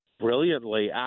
brilliantly